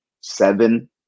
seven